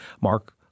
Mark